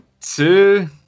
two